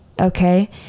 Okay